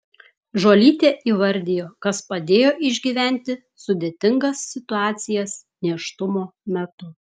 žuolytė įvardijo kas padėjo išgyventi sudėtingas situacijas nėštumo metu